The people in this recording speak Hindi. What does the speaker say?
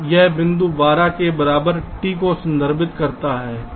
इसलिए यहां यह बिंदु 12 के बराबर t को संदर्भित करता है